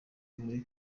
muri